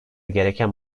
gereken